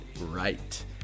right